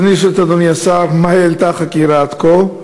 ברצוני לשאול את אדוני השר: 1. מה העלתה החקירה עד כה?